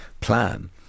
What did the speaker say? plan